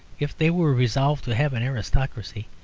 if they were resolved to have an aristocracy,